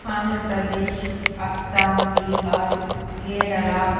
Andhra Pradesh Assam Bihar Kerala